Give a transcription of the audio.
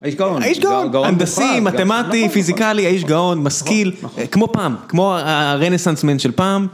האיש גאון, האיש גאון, גאון, גאון. הנדסי, מתמטי, פיזיקלי, איש גאון, משכיל. כמו פעם, כמו הרנסנס מן של פעם.